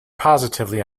positively